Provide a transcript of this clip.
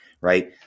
right